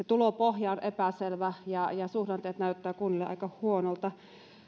tulopohja on epäselvä ja ja suhdanteet näyttävät kunnille aika huonolta